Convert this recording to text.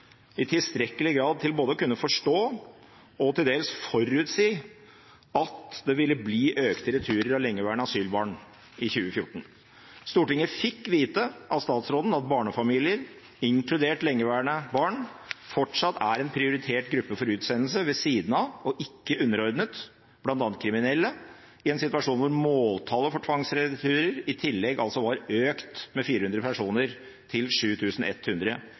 i tilstrekkelig grad til både å kunne forstå, og til dels forutsi, at det ville bli økte returer av lengeværende asylbarn i 2014. Stortinget fikk vite av statsråden at barnefamilier, inkludert lengeværende barn, fortsatt er en prioritert gruppe for utsendelse – ved siden av, og ikke underordnet, bl.a. kriminelle – i en situasjon hvor måltallet for tvangsreturer i tillegg var økt med 400 personer, til